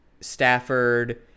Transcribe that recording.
Stafford